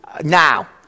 Now